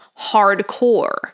hardcore